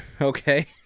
Okay